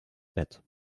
bett